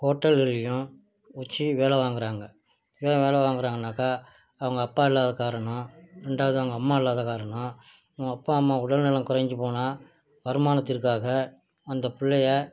ஹோட்டல்கள்லேயும் வச்சி வேலை வாங்கறாங்க ஏன் வேலை வாங்கறாங்கனாக்க அவங்க அப்பா இல்லாத காரணம் ரெண்டாவது அவங்க அம்மா இல்லாத காரணம் அவங்க அப்பா அம்மா உடல் நலம் குறைஞ்சி போனால் வருமானத்திற்காக அந்த பிள்ளைய